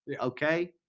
Okay